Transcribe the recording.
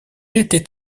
était